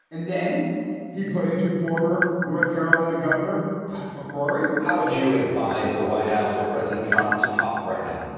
and then he put it to former north carolina governor pat mccrory. how would you advise the white house or president trump to talk right now?